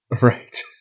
Right